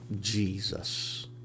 Jesus